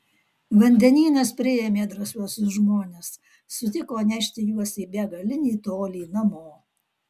vandenynas priėmė drąsiuosius žmones sutiko nešti juos į begalinį tolį namo